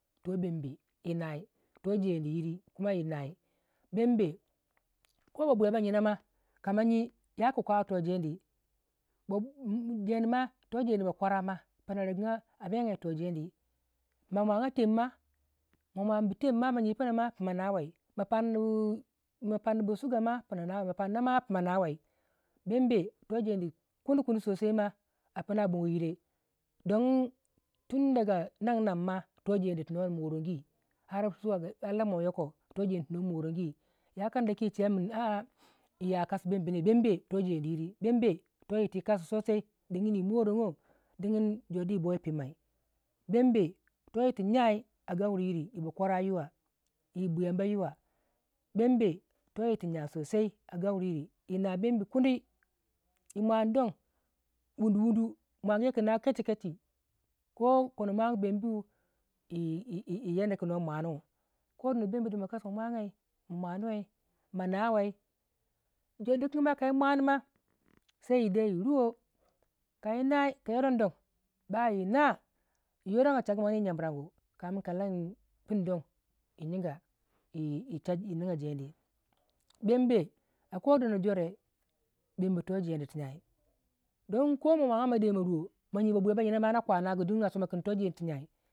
to bumbe, yi nai, to jeni yiri kana babwiya beinamwa kama jyi yaku kwawe to jeni jeni ma to jeni bakwara ma pino regiga ma a megya yi toh jeni ma bwaga tem ma ma bwanbu tem ma pino nawei ma parnu suga ma ma parnubu ma pannubu ma pina nawei bembe toh jeni kuni kuni sosai ma apina bago yire dogin tun daga nagnag ma toh jeni tu no morongu ar lamuwe yoko no morogi ya kandakin yi shewekin yi ya kasi bembi ne bembe toh jeni iri bembe toh yir tu yi kasi sosai digini yi morogo digin jor di yi boi yi pimai bembe toh yir tu jyai a gawuri yiri yi ba kwarayiwa yi buyabayiwa bembe toh yitu jyai sosai a gauriyiri yi na bembe kundi yi bweni don wunuwunu bwagiyau kina kechi kechi ko kono mwagu bembu yi yadda ku no mwanu ko dono bembe do ma kasi ma mwagei yi mwanuwei ma nawai jor dikin ma kai mwani ma sai yi de yi ruwo kai nai kayoroni bai na bai na yi yoroga chagu mwanu yi gjyamiragu kamin ka lam pinu don yi jyiga jyinga yina jeni bembe a ko dono jore bembe toh jeni tu jyai konama mwaga made ma ruwo ma jyi babwiya baina ma na kwa nagu digin asoma kin toh jenitu jyai